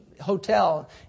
hotel